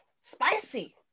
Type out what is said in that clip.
spicy